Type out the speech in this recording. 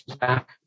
back